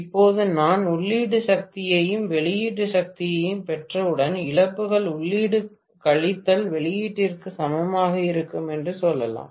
இப்போது நான் உள்ளீட்டு சக்தியையும் வெளியீட்டு சக்தியையும் பெற்றவுடன் இழப்புகள் உள்ளீட்டு கழித்தல் வெளியீட்டிற்கு சமமாக இருக்கும் என்று சொல்லலாம்